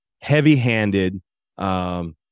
heavy-handed